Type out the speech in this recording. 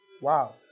Wow